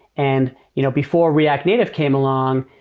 and you know before react native came along,